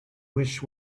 wish